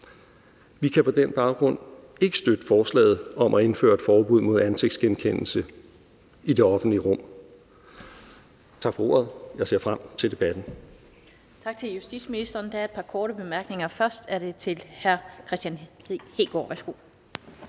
Vi kan på den baggrund ikke støtte forslaget om at indføre et forbud mod ansigtsgenkendelse i det offentlige rum. Tak for ordet. Jeg ser frem til debatten.